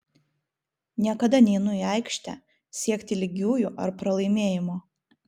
niekada neinu į aikštę siekti lygiųjų ar pralaimėjimo